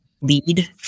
lead